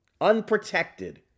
unprotected